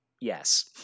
yes